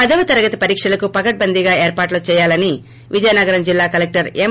పదోతరగతి పరీక్షలకు పకడ్బందీగా ఏర్పాట్లు చేయాలని విజయనగరం జిల్లా కలెక్టర్ ఎం